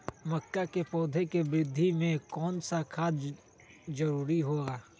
मक्का के पौधा के वृद्धि में कौन सा खाद जरूरी होगा?